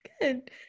good